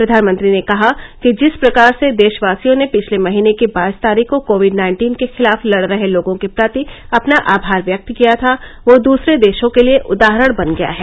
प्रधानमंत्री ने कहा कि जिस प्रकार से देशवासियों ने पिछले महीने की बाईस तारीख को कोविड नाइन्टीन के खिलाफ लड रहे लोगों के प्रति अपना आभार व्यक्त किया था वह दूसरे देशों के लिए उदाहरण बन गया है